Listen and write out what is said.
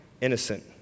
innocent